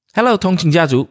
Hello,通勤家族